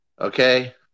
Okay